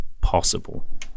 possible